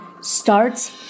starts